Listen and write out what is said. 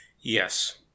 yes